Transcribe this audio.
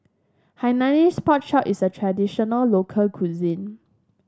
Hainanese Pork Chop is a traditional local cuisine